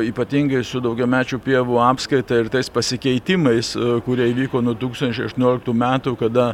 ypatingai su daugiamečių pievų apskaita ir tais pasikeitimais kurie įvyko nuo tūkstančiai aštuonioliktų metų kada